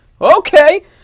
Okay